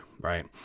right